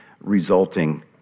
resulting